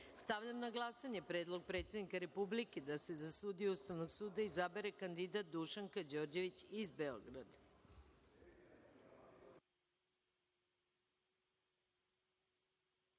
suda. Stavljam na glasanje Predlog predsednika Republike da se za sudiju Ustavnog suda izabere kandidat Dušanka Đorđević iz